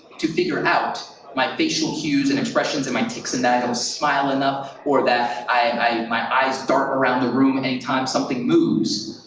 to figure out my facial cues and expressions, and my tics and that i don't smile enough, or that my eyes dart around the room anytime something moves,